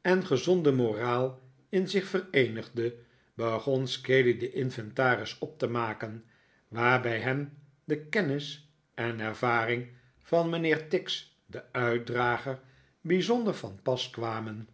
en gezonde moraal in zich vereenigde begon scaley den inventaris op te maken waarbijhem de kennis en ervaring van mijnheer tix den uitdrager bijzonder van pas kwamen